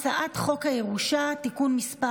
אני קובעת כי הצעת חוק הרשות הלאומית לביטחון קהילתי (תיקון מס'